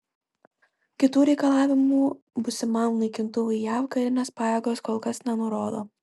kitų reikalavimų būsimam naikintuvui jav karinės pajėgos kol kas nenurodo